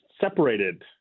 separated